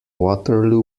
waterloo